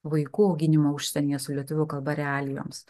vaikų auginimą užsienyje su lietuvių kalba realijoms